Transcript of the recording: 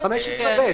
15(ב).